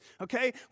okay